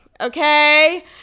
Okay